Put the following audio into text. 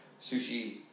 sushi